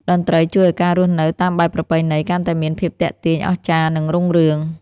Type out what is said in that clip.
តន្ត្រីជួយឱ្យការរស់នៅតាមបែបប្រពៃណី កាន់តែមានភាពទាក់ទាញ អស្ចារ្យ និងរុងរឿង។